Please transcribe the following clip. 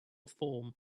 form